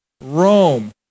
Rome